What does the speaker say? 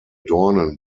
dornen